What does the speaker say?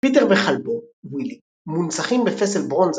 פיטר וכלבו, ווילי, מונצחים בפסל ברונזה